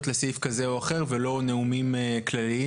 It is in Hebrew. לסעיף כזה או אחר ולא נאומים כלליים.